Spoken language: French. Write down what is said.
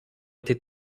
été